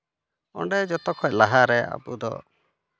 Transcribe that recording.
ᱚᱸᱰᱮ ᱡᱚᱛᱚ ᱠᱷᱚᱱ ᱞᱟᱦᱟ ᱨᱮ ᱟᱵᱚ ᱫᱚ